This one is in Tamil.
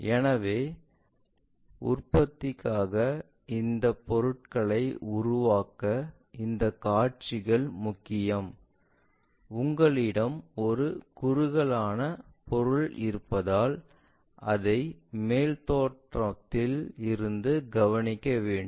எனவே உற்பத்திக்காக இந்த பொருள்களை உருவாக்க இந்த காட்சிகள் முக்கியம் உங்களிடம் ஒரு குறுகலான பொருள் இருப்பதால் அதை மேல் தோற்றம்யில் இருந்து கவனிக்க வேண்டும்